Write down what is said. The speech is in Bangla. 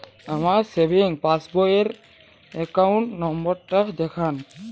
আমার সেভিংস পাসবই র অ্যাকাউন্ট নাম্বার টা দেখান?